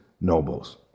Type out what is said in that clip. nobles